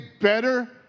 better